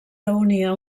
reunia